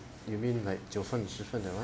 you mean like jiu fen shi fen that one